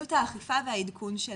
מדיניות האכיפה והעדכון שלה.